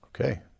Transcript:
Okay